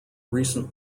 recent